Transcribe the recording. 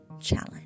challenge